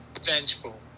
vengeful